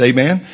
Amen